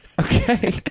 Okay